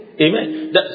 Amen